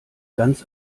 ganz